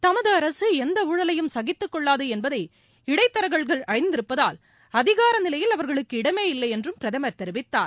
தமது அரசு எந்த ஊழலையும் சகித்துக்கொள்ளாது என்பதை இடைத்தரகாகள் அறிந்திருப்பதால் அதிகார நிலையில் அவர்களுக்கு இடமே இல்லை என்றும் பிரதமர் தெரிவித்தார்